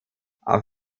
auf